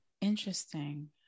Interesting